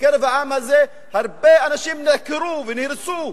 מקרב העם הזה הרבה אנשים נעקרו ונהרסו.